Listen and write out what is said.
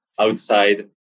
outside